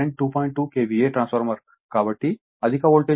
2 KVA transformer కాబట్టి అధిక voltage వైపు 2